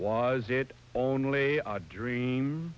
was it only a dream